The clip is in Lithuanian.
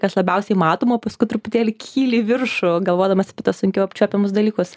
kas labiausiai matoma paskui truputėlį kyli į viršų galvodamas apie tuos sunkiau apčiuopiamus dalykus